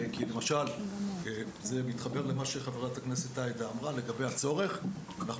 כי למשל וזה מתחבר למה שחברת הכנסת עאידה אמרה לגבי הצורך אנחנו